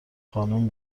خانم